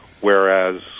Whereas